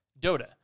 Dota